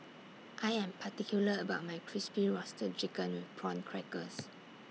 I Am particular about My Crispy Roasted Chicken with Prawn Crackers